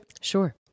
Sure